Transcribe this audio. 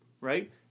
right